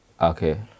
Okay